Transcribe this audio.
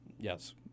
Yes